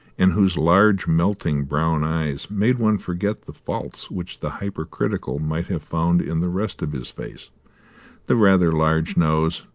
and whose large melting brown eyes made one forget the faults which the hypercritical might have found in the rest of his face the rather large nose,